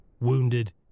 wounded